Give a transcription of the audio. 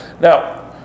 Now